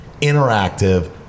interactive